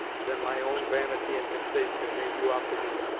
than my own vanity and consaits had made you out to be.